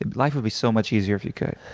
ah life would be so much easier if you could.